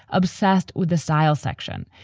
obsessed with the style section.